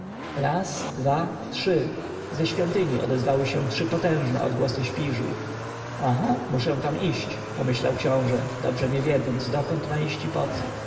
raz dwa trzy ze świątyni odezwały się trzy potężne odgłosy śpiżu aha muszę tam iść pomyślał książę dobrze nie wiedząc dokąd ma iść i poco